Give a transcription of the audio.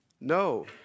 No